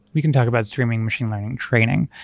we can talk about streaming machine learning training,